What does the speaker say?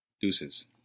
Deuces